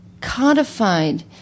codified